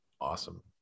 awesome